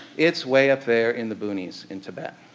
it's way up there in the boonies in tibet,